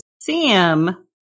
Sam